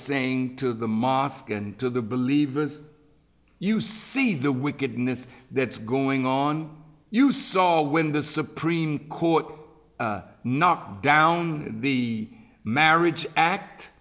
saying to the mosque and to the believers you see the wickedness that's going on you saw when the supreme court knocked down the marriage act